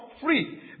free